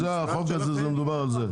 זה החוק הזה, מדובר על זה.